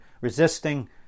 resisting